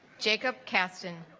jacob caston